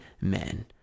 men